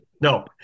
No